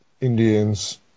Indians